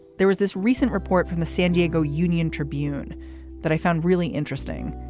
there was this recent report from the san diego union tribune that i found really interesting.